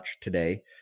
today